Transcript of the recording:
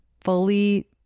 fully